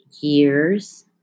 years